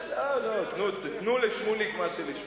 תנו לשמוליק אשר לשמוליק.